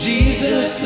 Jesus